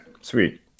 sweet